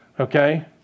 Okay